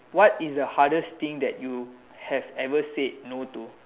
what is the hardest thing that you have ever said no to